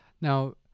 Now